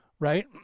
Right